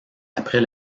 après